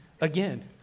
again